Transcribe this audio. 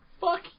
Fuck